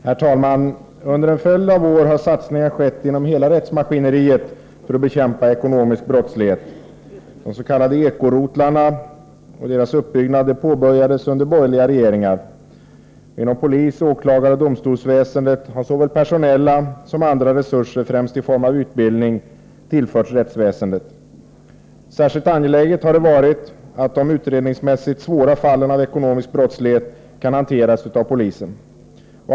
Herr talman! Under en följd av år har satsningar skett inom hela rättsmaskineriet för att bekämpa ekonomisk brottslighet. De s.k. ekorotlarnas uppbyggnad påbörjades under borgerliga regeringar. Inom polis-, åklagaroch domstolsväsendet har såväl personella som andra resurser, främst i form av utbildning, tillförts rättsväsendet. Särskilt angeläget har det varit att de utredningsmässigt svåra fallen av ekonomisk brottslighet kan hanteras av polisen.